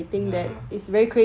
ya